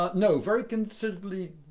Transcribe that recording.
no, very considerably.